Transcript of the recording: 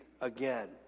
again